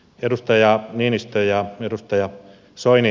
edustaja niinistö ja edustaja soini